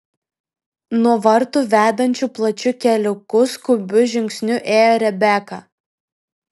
nuo vartų vedančiu plačiu keliuku skubiu žingsniu ėjo rebeka